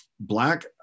black